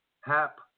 hap